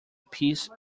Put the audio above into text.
peace